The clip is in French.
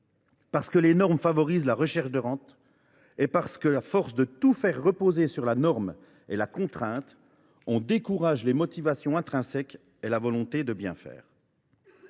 parce que les normes favorisent la recherche de rente, parce qu’à force de tout faire reposer sur la norme et sur la contrainte, on décourage les motivations intrinsèques et la volonté de bien faire.